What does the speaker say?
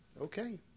okay